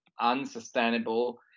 unsustainable